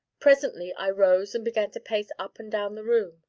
presently i rose and began to pace up and down the room.